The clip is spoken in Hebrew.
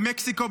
במקסיקו,